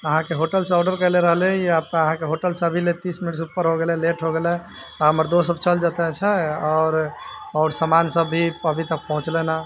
अहाँके होटलसँ ऑडर करले रहली अहाँके होटलसँ अभीले तीस मिनटसँ उपर हो गेलै लेट हो गेलै हमर दोस्तसब चलि जेतै छै आओर आओर सामानसब भी अभी तक पहुँचलै नहि